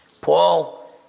Paul